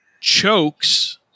Chokes